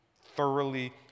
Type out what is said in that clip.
thoroughly